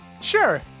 Sure